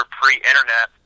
pre-internet